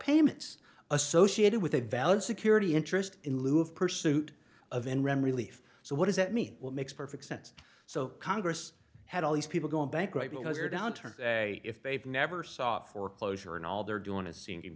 payments associated with a valid security interest in lieu of pursuit of enron relief so what does that mean will makes perfect sense so congress had all these people go bankrupt because their downturn if they've never saw foreclosure and all they're doing is seeing